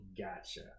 Gotcha